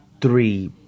three